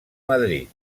madrid